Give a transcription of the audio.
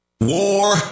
war